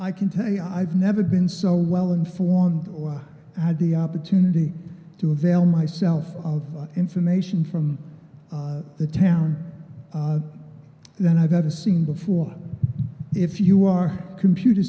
i can tell you i've never been so well informed or had the opportunity to avail myself of information from the town that i've never seen before if you are computer